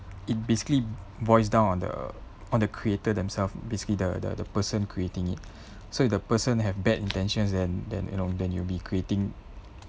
it basically boils down on the on the creator themselves basically the the person creating it so the person have bad intentions then then you know then you'll be creating